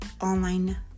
online